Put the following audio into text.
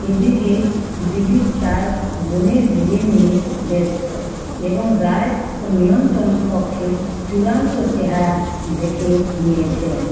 এদিকে দিলীপ তার বোনের বিয়ে নিয়ে ব্যস্ত এবং রায় নিয়ন্ত্রণ কক্ষের চূড়ান্ত চেহারা দেখে নিয়েছেন